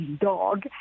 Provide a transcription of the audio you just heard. dog